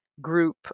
group